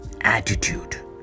attitude